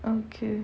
okay